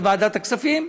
בוועדת הכספים.